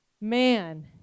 man